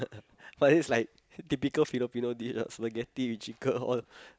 but it's like typical Filipino dish ah spaghetti with chicken all